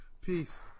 Peace